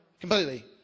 Completely